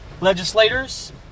legislators